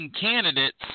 candidates